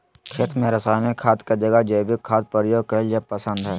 खेत में रासायनिक खाद के जगह जैविक खाद प्रयोग कईल पसंद हई